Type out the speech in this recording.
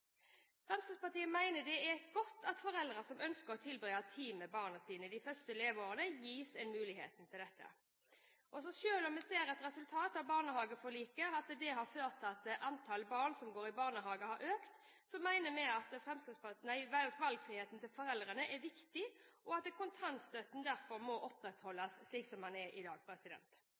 Fremskrittspartiet mener det er et gode at foreldre som ønsker å tilbringe tid med barna sine de første leveårene, gis mulighet til dette. Selv om vi ser at resultatet av barnehageforliket har ført til at antallet barn som går i barnehager, har økt, mener vi at valgfriheten til foreldrene er viktig, og at kontantstøtten derfor må opprettholdes, slik den er i dag.